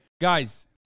guys